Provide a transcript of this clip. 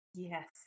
Yes